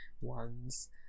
ones